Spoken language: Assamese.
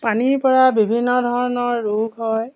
পানীৰ পৰা বিভিন্ন ধৰণৰ ৰোগ হয়